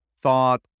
thought